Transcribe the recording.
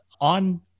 on